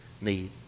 need